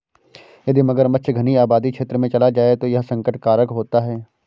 यदि मगरमच्छ घनी आबादी क्षेत्र में चला जाए तो यह संकट कारक होता है